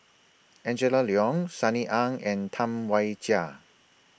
Angela Liong Sunny Ang and Tam Wai Jia